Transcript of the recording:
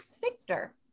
Victor